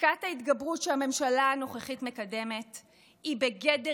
פסקת ההתגברות שהממשלה הנוכחית מקדמת היא בגדר